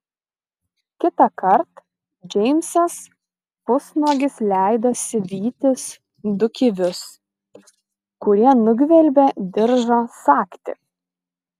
kitąkart džeimsas pusnuogis leidosi vytis du kivius kurie nugvelbė diržo sagtį